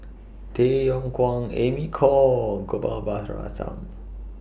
Tay Yong Kwang Amy Khor and Gopal Baratham